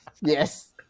Yes